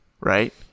right